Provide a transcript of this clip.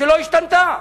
שלא השתנתה,